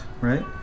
Right